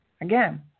Again